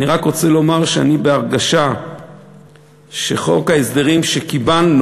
אני רק רוצה לומר שאני בהרגשה שחוק ההסדרים שקיבלנו,